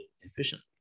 efficiently